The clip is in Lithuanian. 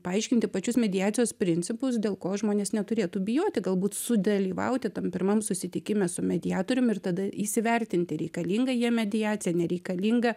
paaiškinti pačius mediacijos principus dėl ko žmonės neturėtų bijoti galbūt sudalyvauti tam pirmam susitikime su mediatorium ir tada įsivertinti reikalinga jiem mediacija nereikalinga